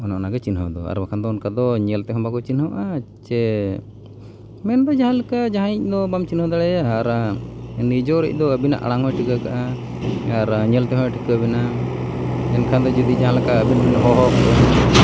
ᱚᱱ ᱚᱱᱟᱜᱮ ᱪᱤᱱᱦᱟᱹᱣ ᱫᱚ ᱟᱨ ᱵᱟᱠᱷᱟᱱ ᱫᱚ ᱚᱱᱠᱟ ᱫᱚ ᱧᱮᱞ ᱛᱮᱦᱚᱸ ᱵᱟᱠᱚ ᱪᱤᱱᱦᱟᱹᱜᱼᱟ ᱪᱮ ᱢᱮᱱᱫᱚ ᱡᱟᱦᱟᱸ ᱞᱮᱠᱟ ᱡᱟᱦᱟᱸᱭᱤᱡ ᱫᱚ ᱵᱟᱢ ᱪᱤᱱᱦᱟᱹᱣ ᱫᱟᱲᱮᱭᱟᱭᱟ ᱟᱨ ᱱᱤᱡᱚᱭᱤᱡ ᱫᱚ ᱟᱹᱵᱤᱱᱟᱜ ᱟᱲᱟᱝ ᱦᱚᱭ ᱴᱷᱤᱠᱟᱹ ᱠᱟᱜᱼᱟ ᱟᱨ ᱧᱮᱞ ᱛᱮᱦᱚᱭ ᱴᱷᱤᱠᱟᱹ ᱵᱤᱱᱟ ᱢᱮᱱᱠᱷᱟᱱ ᱫᱚ ᱡᱩᱫᱤ ᱡᱟᱦᱟᱸ ᱞᱮᱠᱟ